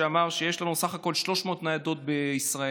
שאמר שיש לנו בסך הכול 300 ניידות בישראל.